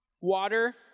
Water